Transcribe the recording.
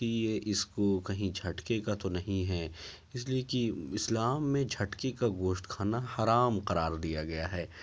کہ یہ اس کو کہیں جھٹکے کا تو نہیں ہے اس لیے کہ اسلام میں جھٹکے کا گوشت کھانا حرام قرار دیا گیا ہے